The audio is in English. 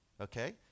Okay